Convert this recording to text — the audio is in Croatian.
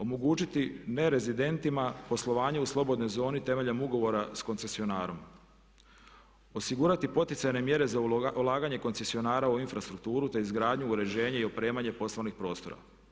Omogućiti ne rezidentima poslovanje u slobodnoj zoni temeljem ugovora s koncesionarom, osigurati poticajne mjere za ulaganje koncesionara u infrastrukturu, te izgradnju, uređenje i opremanje poslovnih prostora.